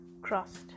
crossed